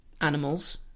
animals